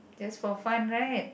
just for fun right